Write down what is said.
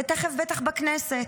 ותכף בטח בכנסת.